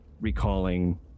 recalling